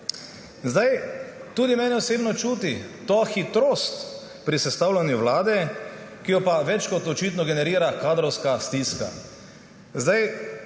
uprava. Tudi mene osebno čudi ta hitrost pri sestavljanju vlade, ki jo pa več kot očitno generira kadrovska stiska.